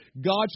God